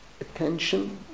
attention